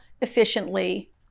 efficiently